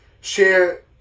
share